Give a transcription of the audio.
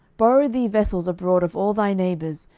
borrow thee vessels abroad of all thy neighbours,